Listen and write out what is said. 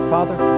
Father